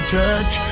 touch